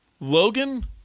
Logan